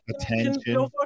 attention